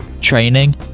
training